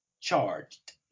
charged